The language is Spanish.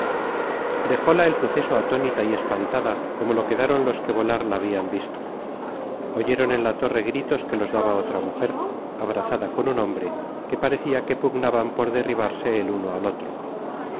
at dejóla el suceso atónita y espantada como lo quedaron los que volar la habian visto oyeron en la torre gritos que los daba otra mujer abrazada con un hombre que parecia que pugnaban por derribarse el uno al otro